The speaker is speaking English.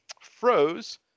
froze